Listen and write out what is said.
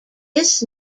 this